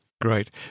great